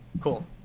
Cool